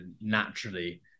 naturally